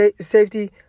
safety